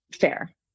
fair